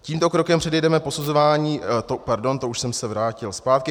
Tímto krokem předejdeme posuzování pardon, to už jsem se vrátil zpátky.